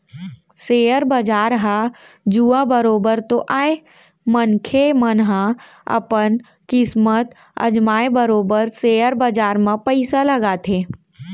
share बजार ह जुआ बरोबर तो आय मनखे मन ह अपन किस्मत अजमाय बरोबर सेयर बजार म पइसा लगाथे